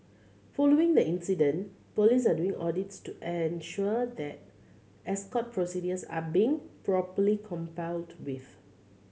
following the incident police are doing audits to ensure that escort procedures are being properly with